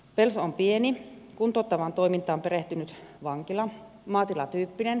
pelso on pieni kuntouttavaan toimintaan perehtynyt vankila maatilatyyppinen